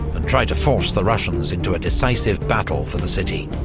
and try to force the russians into a decisive battle for the city.